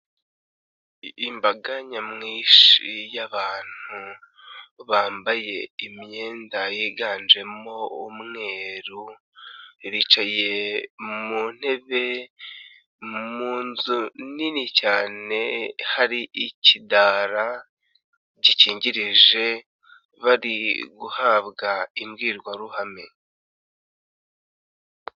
Imbaga nyamwinshi y'abantu bambaye imyenda yiganjemo umweru, bicaye mu ntebe mu nzu nini cyane, hari ikidara gikingirije bari guhabwa imbwirwaruhame.